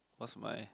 what's my